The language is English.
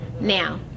now